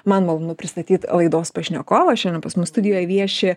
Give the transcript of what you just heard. man malonu pristatyt laidos pašnekovą šiandien pas mus studijoj vieši